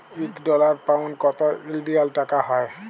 ইক dollar, pound কত ইলডিয়াল টাকা হ্যয়